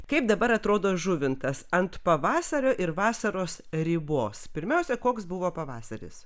kaip dabar atrodo žuvintas ant pavasario ir vasaros ribos pirmiausia koks buvo pavasaris